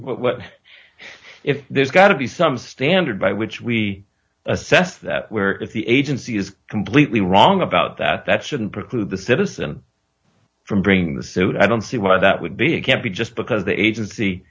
not what if there's got to be some standard by which we assess that we're at the agency is completely wrong about that that shouldn't preclude the citizen from bringing the suit i don't see why that would be it can't be just because the agency